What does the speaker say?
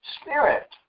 spirit